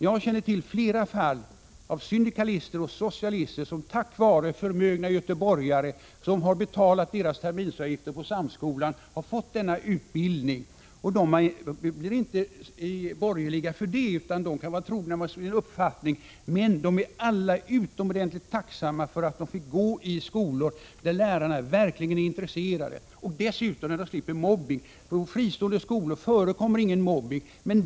Jag känner till flera fall av syndikalister och socialister som tack vare förmögna göteborgare, som har betalat deras terminsavgifter på Samskolan, har fått utbildning där. De blir inte borgerliga för det, utan de kan vara trogna sin uppfattning. De är dock alla utomordentligt tacksamma för att de fick gå i skolor där lärarna verkligen var intresserade och där de dessutom sluppit mobbning— på fristående skolor förekommer ingen mobbning.